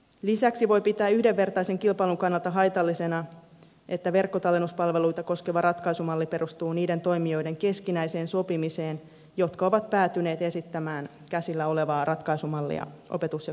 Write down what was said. lisäksi voi pitää yhdenvertaisen kilpailun kannalta haitallisena että verkkotallennuspalveluita koskeva ratkaisumalli perustuu niiden toimijoiden keskinäiseen sopimiseen jotka ovat päätyneet esittämään käsillä olevaa ratkaisumallia opetus ja kulttuuriministeriölle